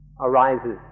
arises